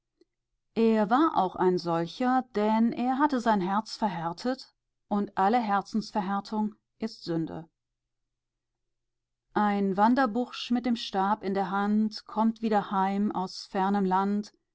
er war auch ein solcher denn er hatte sein herz verhärtet und alle herzensverhärtung ist sünde ein wanderbursch mit dem stab in der hand kommt wieder heim aus fremdem land